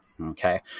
okay